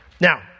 Now